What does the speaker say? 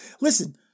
Listen